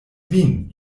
vin